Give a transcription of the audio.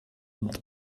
und